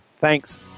Thanks